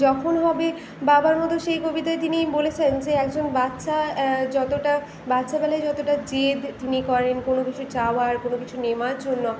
যখন হব বাবার মতো সেই কবিতায় তিনি বলেছেন যে একজন বাচ্চা যতটা বাচ্চাবেলায় যতটা জেদ তিনি করেন কোনো কিছু চাওয়ার কোনো কিছু নেওয়ার জন্য